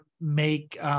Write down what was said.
make